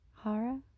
Hara